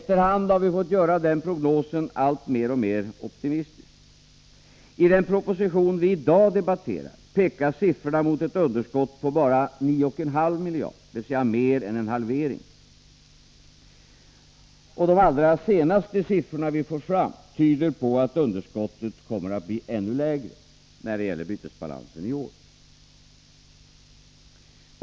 Efter hand har vi fått göra den prognosen alltmer optimistisk. I den proposition vi i dag debatterar pekar siffrorna mot ett underskott på bara 9,5 miljarder — dvs. mer än en halvering. Och de allra senaste siffrorna som vi fått fram tyder på att underskottet i bytesbalansen kommer att bli ännu mindre när det gäller bytesbalansen i år.